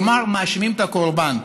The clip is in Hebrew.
כלומר, מאשימים את הקורבן.